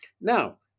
Now